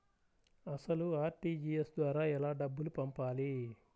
అసలు అర్.టీ.జీ.ఎస్ ద్వారా ఎలా డబ్బులు పంపాలి?